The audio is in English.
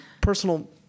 personal